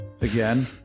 again